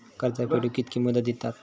कर्ज फेडूक कित्की मुदत दितात?